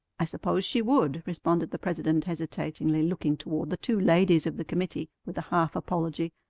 i suppose she would, responded the president hesitatingly, looking toward the two ladies of the committee with a half apology.